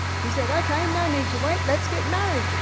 he said, okay, no need to wait, let's get married. but